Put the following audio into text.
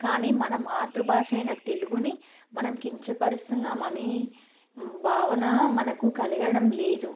కానీ మన మాతృభాష అయిన తెలుగుని మనం కించపరుస్తున్నాం అనీ భావన మనకు కలగడం లేదు